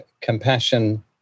compassion